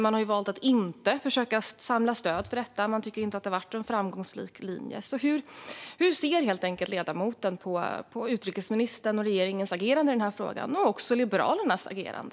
Man har valt att inte försöka att samla stöd för detta. Man tycker inte att det har varit en framgångsrik linje. Hur ser ledamoten på utrikesministerns och regeringens agerande i den här frågan, och också på Liberalernas agerande?